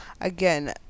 again